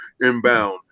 inbound